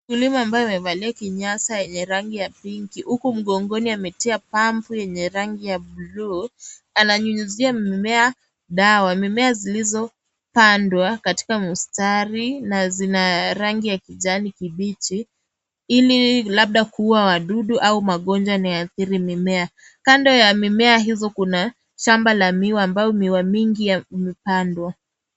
Mkulima ambaye amevalia kinyasa yenye rangi ya pinki. Huku mgongoni ametia pampu yenye rangi ya bluu. Ananyunyizia mmea dawa. Mimea zilizopandwa katika mstari na zina rangi ya kijani kibichi. Ili labda kuua wadudu au magonjwa yameathiri mimea. Kando ya mimea hizo kuna shamba la miwa ambayo umewa mingi imepandwa.